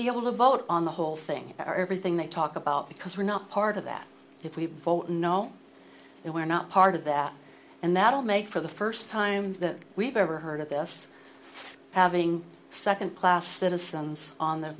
be able to vote on the whole thing or everything they talk about because we're not part of that if we vote no and we're not part of that and that will make for the first time that we've ever heard of this having second class citizens on the